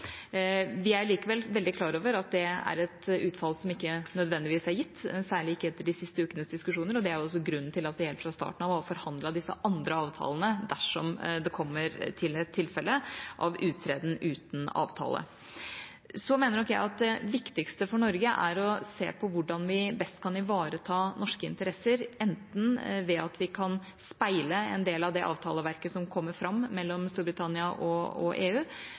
Vi er likevel veldig klar over at det er et utfall som ikke nødvendigvis er gitt, særlig ikke etter de siste ukenes diskusjoner, og det er også grunnen til at vi helt fra starten av har forhandlet disse andre avtalene for dersom det kommer til et tilfelle av uttreden uten avtale. Så mener nok jeg at det viktigste for Norge er å se på hvordan vi best kan ivareta norske interesser, enten ved at vi kan speile en del av det avtaleverket som kommer fram mellom Storbritannia og EU,